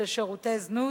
"שירותי זנות",